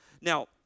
Now